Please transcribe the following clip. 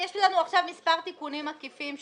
יש לנו עכשיו מספר תיקונים עקיפים,